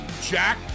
Jack